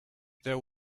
there